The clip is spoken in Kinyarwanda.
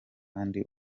kandi